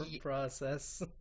process